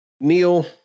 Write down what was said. Neil